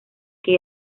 que